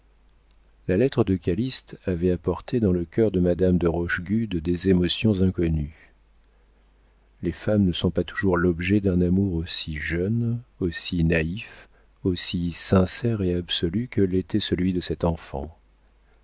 la lettre de calyste avait apporté dans le cœur de madame de rochegude des émotions inconnues les femmes ne sont pas toujours l'objet d'un amour aussi jeune aussi naïf aussi sincère et absolu que l'était celui de cet enfant